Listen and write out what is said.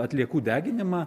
atliekų deginimą